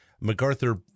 MacArthur